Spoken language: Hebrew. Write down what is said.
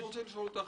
אני רוצה לשאול אותך